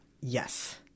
Yes